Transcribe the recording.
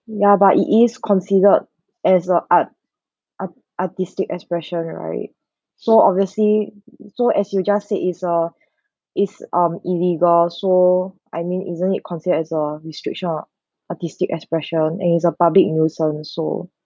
ya but it is considered as a art art~ artistic expression right so obviously so as you just said is uh is um illegal so I mean isn't it considered as a restriction of artistic expression and it's a public nuisance so